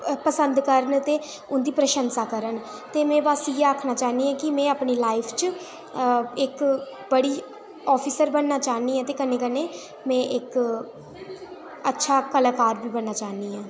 पसंद करन ते उं'दी प्रशंसा करन ते में बस इ'यै आखना चाह्न्नी आं कि में अपनी लाईफ च इक बड़ी आफिसर बनना चाह्न्नी आं ते कन्नै कन्नै में इक अच्छा कलाकार बी बनना चाह्न्नी आं